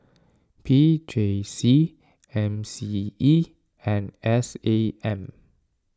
P J C M C E and S A M